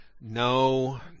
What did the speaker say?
no